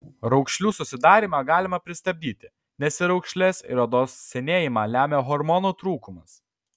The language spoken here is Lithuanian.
raukšlių susidarymą galima pristabdyti nes ir raukšles ir odos senėjimą lemia hormonų trūkumas